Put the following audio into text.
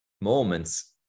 moments